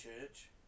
church